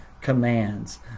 commands